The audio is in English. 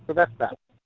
that's that.